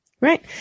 Right